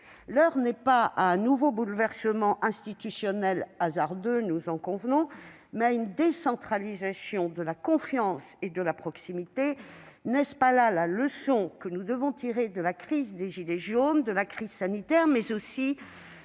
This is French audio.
L'heure n'est pas à un nouveau bouleversement institutionnel hasardeux, nous en convenons, mais à une décentralisation de la confiance et de la proximité : n'est-ce pas là la leçon que nous devons tirer de la crise des « gilets jaunes », de la crise sanitaire, mais aussi